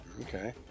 Okay